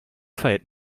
feiert